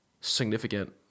significant